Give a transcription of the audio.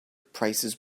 prices